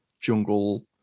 jungle